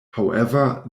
however